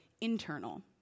internal